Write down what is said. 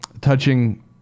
touching